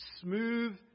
Smooth